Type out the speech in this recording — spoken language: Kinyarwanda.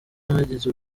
n’abagize